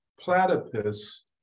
platypus